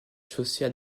social